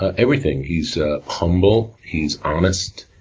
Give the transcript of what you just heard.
everything. he's ah humble, he's honest,